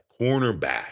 cornerback